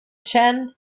chen